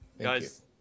guys